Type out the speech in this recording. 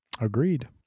Agreed